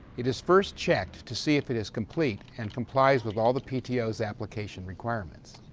it is first checked to see if it is complete and complies with all the pto's application requirements.